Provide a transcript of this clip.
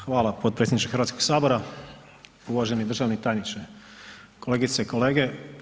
Hvala potpredsjedniče Hrvatskoga sabora, uvaženi državni tajniče, kolegice i kolege.